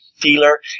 dealer